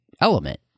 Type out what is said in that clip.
element